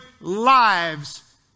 lives